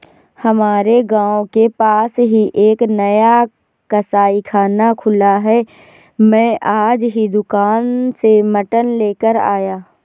हमारे गांव के पास ही एक नया कसाईखाना खुला है मैं आज ही दुकान से मटन लेकर आया